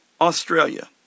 Australia